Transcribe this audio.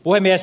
puhemies